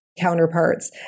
counterparts